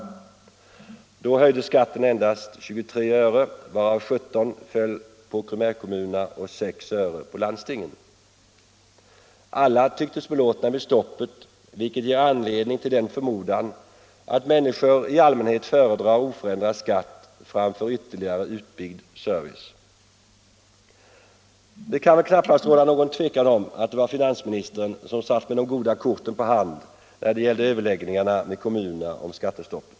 Då höjdes skatten endast 23 öre, varav 17 föll på primärkommunerna och 6 på landstingen. Alla tycktes belåtna med skattestoppet, vilket ger anledning till den förmodan att människor i allmänhet föredrar oförändrad skatt framför ytterligare utbyggd service. Det kan väl knappast råda något tvivel om att det var finansministern som satt med de goda korten på hand när det gällde överläggningarna med kommunerna om skattestopp.